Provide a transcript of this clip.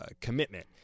commitment